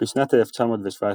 בשנת 1917,